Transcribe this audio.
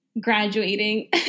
graduating